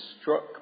struck